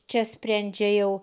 čia sprendžia jau